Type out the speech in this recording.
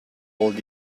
hold